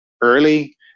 early